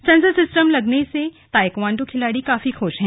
sensor system के लगने से ताइक्वांडो खिलाड़ी काफी खुश हैं